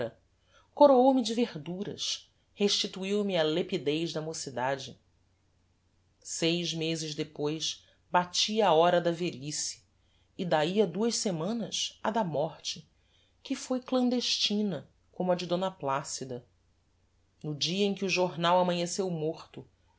aurora coroou me de verduras restituiu me a lepidez da mocidade seis mezes depois batia a hora da velhice e dahi a duas semanas a da morte que foi clandestina como a de d placida no dia em que o jornal amanheceu morto